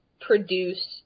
produce